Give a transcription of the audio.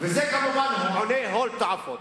וזה עולה כמובן הון תועפות.